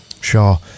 Sure